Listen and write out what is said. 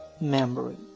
memory